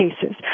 cases